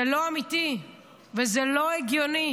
זה לא אמיתי וזה לא הגיוני